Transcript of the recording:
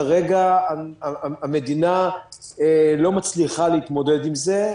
כרגע המדינה לא מצליחה להתמודד עם זה,